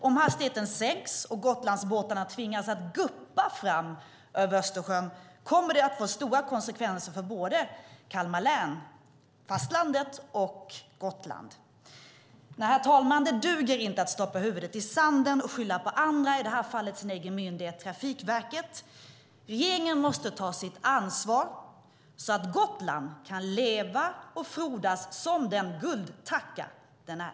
Om hastigheten sänks och Gotlandsbåtarna tvingas guppa fram över Östersjön kommer det att få stora konsekvenser för både Kalmar län, alltså fastlandet, och Gotland. Herr talman! Det duger inte att stoppa huvudet i sanden och skylla på andra, i detta fall den egna myndigheten Trafikverket. Regeringen måste ta sitt ansvar så att Gotland kan leva och frodas som den guldtacka det är.